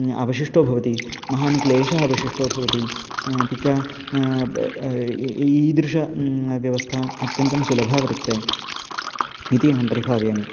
अवशिष्टो भवति महान् क्लेशः अवशिष्टो भवति अपि च ईदृश व्यवस्था अत्यन्तं सुलभा वर्तते इति अहं परिभावयामि